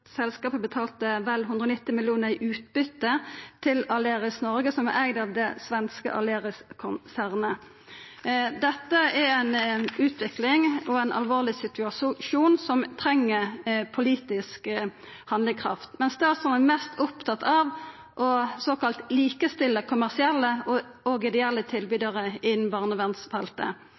selskapet betalte vel 190 mill. kr i utbytte til Aleris Norge, som er eigd av det svenske Aleris-konsernet. Dette er ei utvikling og ein alvorleg situasjon som treng politisk handlekraft. Men statsråden er mest opptatt av å såkalla likestilla kommersielle og ideelle tilbydarar innan